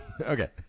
Okay